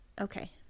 Okay